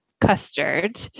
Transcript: custard